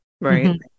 right